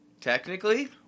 Technically